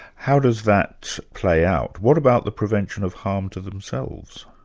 how does that play out? what about the prevention of harm to themselves?